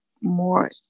more